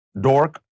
dork